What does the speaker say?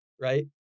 Right